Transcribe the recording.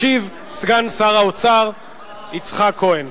ישיב סגן שר האוצר יצחק כהן.